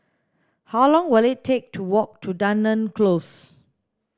how long will it take to walk to Dunearn Close